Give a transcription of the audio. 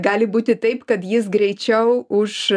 gali būti taip kad jis greičiau už